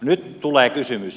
nyt tulee kysymys